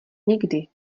někdy